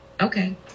okay